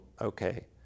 okay